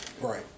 Right